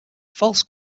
false